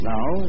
Now